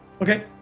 Okay